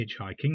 hitchhiking